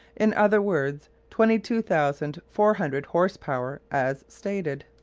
in other words, twenty two thousand four hundred horse-power, as stated.